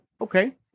Okay